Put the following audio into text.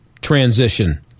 transition